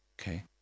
Okay